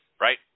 right